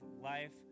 life